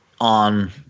on